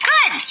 Good